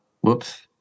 Whoops